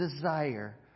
desire